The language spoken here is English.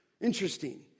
Interesting